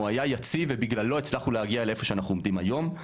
הוא היה יציג ובגללו הצלחנו להגיע לאיפה שאנחנו עומדים היום,